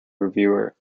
reviewer